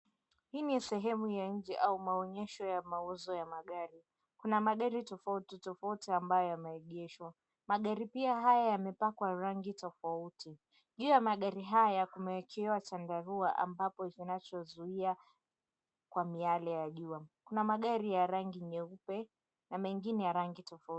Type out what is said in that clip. Hii ni sehemu ya nje au maonyesho ya mauzo ya magari. Kuna magari tofauti tofauti ambayo yameegeshwa. Magari pia haya yamepakwa rangi tofauti. Juu ya magari haya kumewekewa chandarua ambapo kinachozuia kwa miale ya jua. Kuna magari ya rangi nyeupe na mengine ya rangi tofauti.